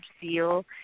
deal